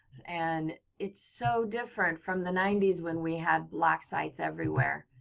and it's so different from the ninety s when we had black sites everywhere.